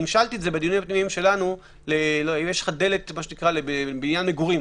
המשלתי את זה בדיונים הפנימיים שלנו לדלת בנין מגורים.